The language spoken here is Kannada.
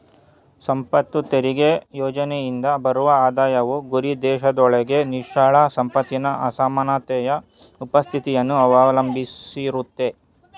ಸಂಪತ್ತು ತೆರಿಗೆ ಯೋಜ್ನೆಯಿಂದ ಬರುವ ಆದಾಯವು ಗುರಿದೇಶದೊಳಗೆ ನಿವ್ವಳ ಸಂಪತ್ತಿನ ಅಸಮಾನತೆಯ ಉಪಸ್ಥಿತಿಯನ್ನ ಅವಲಂಬಿಸಿರುತ್ತೆ